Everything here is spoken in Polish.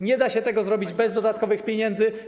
Nie da się tego zrobić bez dodatkowych pieniędzy.